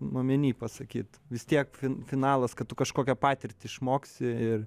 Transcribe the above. omeny pasakyt vis tiek finalas kad tu kažkokią patirtį išmoksi ir